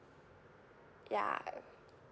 ya